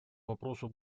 вопросу